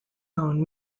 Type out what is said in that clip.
known